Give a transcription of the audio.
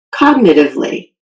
cognitively